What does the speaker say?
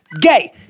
Gay